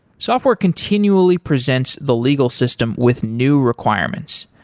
software continually presents the legal system with new requirements.